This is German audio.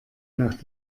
nach